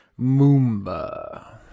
Moomba